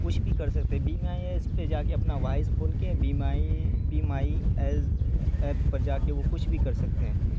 کچھ بھی کر سکتے ہیں بی مائی ایس پہ جا کے اپنا وائس بول کے Be My Be My Eyes app پر جا کے وہ کچھ بھی کر سکتے ہیں